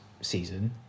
season